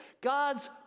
God's